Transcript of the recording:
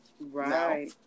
Right